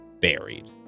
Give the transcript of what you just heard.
buried